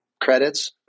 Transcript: Credits